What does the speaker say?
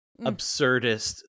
Absurdist